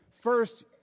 First